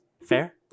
Fair